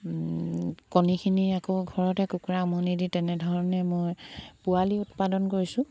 কণীখিনি আকৌ ঘৰতে কুকুৰা উমনি দি তেনেধৰণে মই পোৱালি উৎপাদন কৰিছোঁ